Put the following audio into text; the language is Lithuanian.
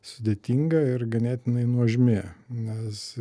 sudėtinga ir ganėtinai nuožmi nes